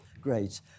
great